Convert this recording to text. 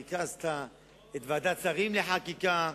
ניהלת וריכזת את ועדת השרים לחקיקה.